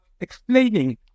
explaining